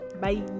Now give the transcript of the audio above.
Bye